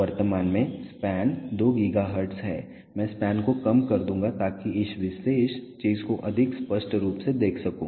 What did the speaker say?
वर्तमान में span 2 GHz है मैं स्पैन को कम कर दूंगा ताकि मैं इस विशेष चीज को अधिक स्पष्ट रूप से देख सकूं